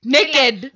Naked